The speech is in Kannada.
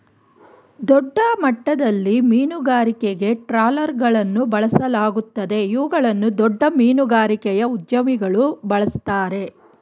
ದೊಡ್ಡಮಟ್ಟದಲ್ಲಿ ಮೀನುಗಾರಿಕೆಗೆ ಟ್ರಾಲರ್ಗಳನ್ನು ಬಳಸಲಾಗುತ್ತದೆ ಇವುಗಳನ್ನು ದೊಡ್ಡ ಮೀನುಗಾರಿಕೆಯ ಉದ್ಯಮಿಗಳು ಬಳ್ಸತ್ತರೆ